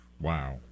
Wow